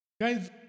guys